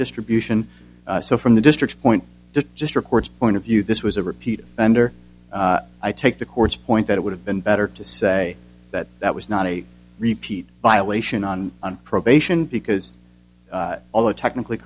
distribution so from the district point just records point of view this was a repeat offender i take the court's point that it would have been better to say that that was not a repeat violation on on probation because although technically